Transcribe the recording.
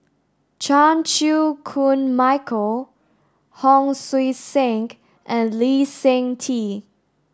Chan Chew Koon Michael Hon Sui Sen and Lee Seng Tee